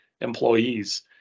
employees